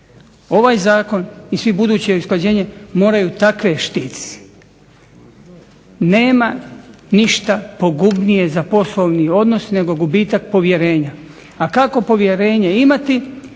Ovaj zakon i svi budući, usklađenje, moraju takve štititi. Nema ništa pogubnije za poslovni odnos nego gubitak povjerenja. A kako povjerenje imati